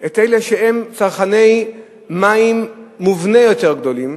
את אלה שבמובנה הם צרכני מים הרבה יותר גדולים,